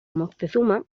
moctezuma